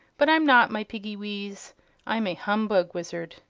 but i'm not, my piggy-wees i'm a humbug wizard.